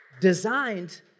designed